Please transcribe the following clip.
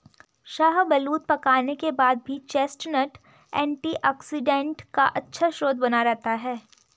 शाहबलूत पकाने के बाद भी चेस्टनट एंटीऑक्सीडेंट का अच्छा स्रोत बना रहता है